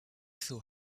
saw